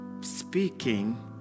speaking